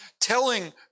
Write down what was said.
telling